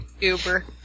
Uber